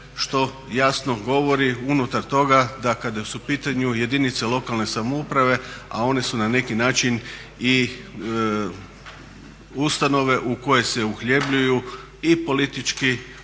što jasno govori unutar toga da kada su u pitanju jedinice lokalne samouprave, a one su na neki način i ustanove u koje se uhljebljuju i politički podobnici